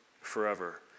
forever